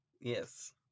yes